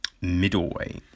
middleweight